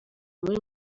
muri